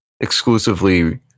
exclusively